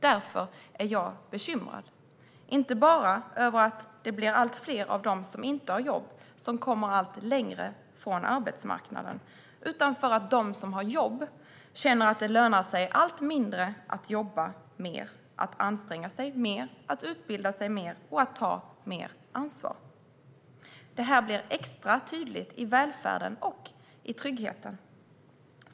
Därför är jag bekymrad, inte bara över att allt fler av dem som inte har jobb kommer allt längre från arbetsmarknaden, utan också över att de som har jobb känner att det lönar sig allt mindre att jobba mer, anstränga sig mer, utbilda sig mer och ta mer ansvar. Detta blir extra tydligt i välfärden och tryggheten.